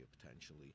potentially